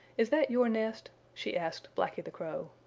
is that your nest? she asked blacky the crow.